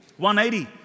180